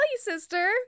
sister